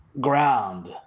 ground